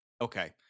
Okay